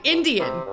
Indian